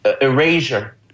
erasure